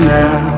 now